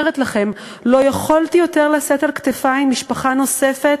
אומרת לכם: לא יכולתי יותר לשאת על כתפי משפחה נוספת